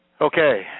Okay